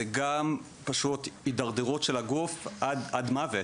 זה גם פשוט התדרדרות של הגוף עד מוות,